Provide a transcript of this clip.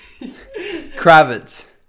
Kravitz